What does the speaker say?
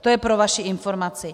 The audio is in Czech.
To je pro vaši informaci.